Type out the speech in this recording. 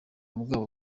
bwabo